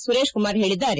ಸುರೇಶಕುಮಾರ್ ಹೇಳಿದ್ದಾರೆ